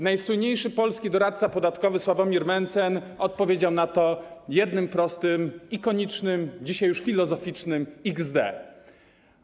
Najsłynniejszy polski doradca podatkowy Sławomir Mentzen odpowiedział na to jednym prostym, ikonicznym, dzisiaj już filozoficznym: XD.